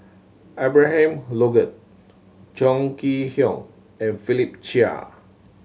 Abraham Logan Chong Kee Hiong and Philip Chia